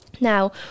Now